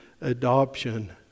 adoption